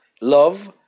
love